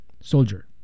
Soldier